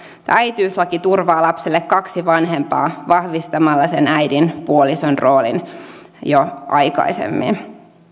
äitiyslaki turvaa lapselle kaksi vanhempaa vahvistamalla äidin puolison roolin jo aikaisemmin